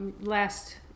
last